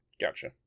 Gotcha